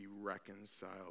reconciled